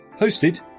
hosted